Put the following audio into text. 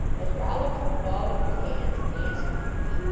as rollo took the ball in his hands he danced with glee.